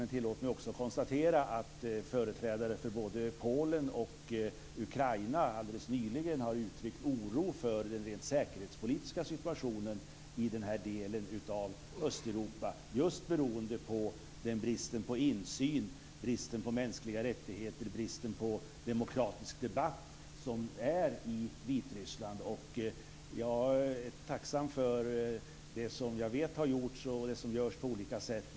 Men tillåt mig också att konstatera att företrädare för både Polen och Ukraina alldeles nyligen har uttryckt oro för den rent säkerhetspolitiska situationen i denna del av Östeuropa just beroende på bristen på insyn, bristen på mänskliga rättigheter och bristen på demokratisk debatt som råder i Vitryssland. Jag är tacksam för det som jag vet har gjorts och som görs på olika sätt.